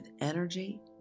energy